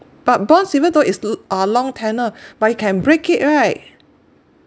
but bonds even though is l~ uh long tenure but you can break it right